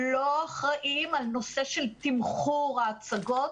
לא אחראים על נושא של תמחור ההצגות,